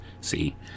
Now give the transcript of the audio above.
See